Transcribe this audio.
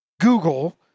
Google